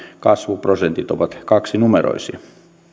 kasvuprosentit ovat kaksinumeroisia